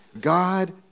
God